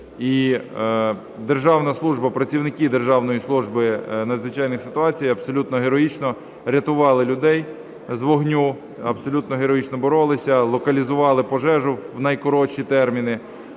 І Державна служба, працівники Державної служби надзвичайних ситуацій абсолютно героїчно рятували людей з вогню, абсолютно героїчно боролися, локалізували пожежу в найкоротші терміни.